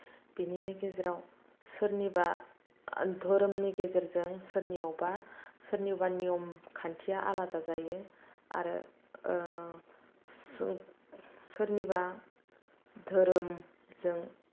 बेनिनो गेजेराव सोरनिबा धोरोमनि गेजेरजों सोरनियावबा सोरनिबा नियम खान्थिआ आलादा जायो आरो सोरनिबा धोरोमजों